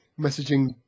messaging